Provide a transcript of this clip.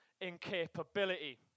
incapability